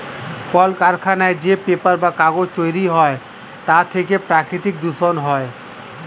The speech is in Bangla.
কলকারখানায় যে পেপার বা কাগজ তৈরি হয় তার থেকে প্রাকৃতিক দূষণ হয়